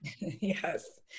Yes